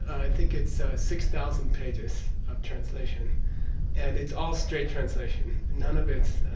i think it's six thousand pages of translation and it's all straight translation, none of it's